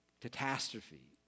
catastrophe